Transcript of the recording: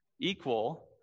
equal